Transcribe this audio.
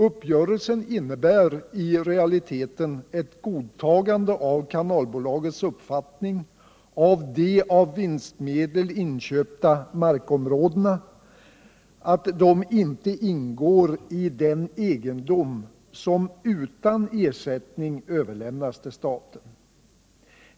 Uppgörelsen innebär i realiteten ett godtagande av kanalbolagets uppfattning att de av vinstmedel inköpta markområdena inte ingår i den egendom som utan ersättning överlämnats till staten.